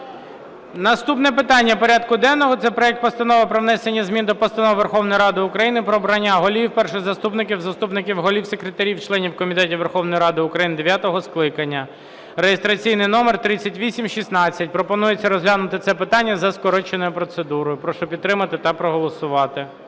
Наступне питання порядку денного, це проект Постанови про внесення змін до Постанови Верховної Ради України "Про обрання голів, перших заступників, заступників голів, секретарів, членів комітетів Верховної Ради України дев’ятого скликання" (реєстраційний номер 3816). Пропонується розглянути це питання за скороченою процедурою. Прошу підтримати та проголосувати.